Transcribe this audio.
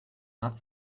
not